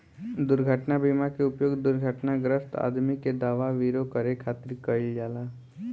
दुर्घटना बीमा के उपयोग दुर्घटनाग्रस्त आदमी के दवा विरो करे खातिर कईल जाला